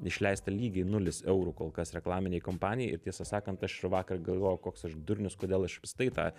išleista lygiai nulis eurų kol kas reklaminei kompanijai ir tiesą sakant aš vakar galvojau koks aš durnius kodėl aš apskritai tą